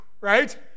right